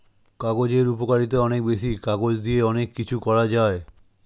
কাগজের উপকারিতা অনেক বেশি, কাগজ দিয়ে অনেক কিছু করা যায়